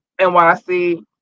NYC